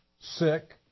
sick